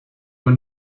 were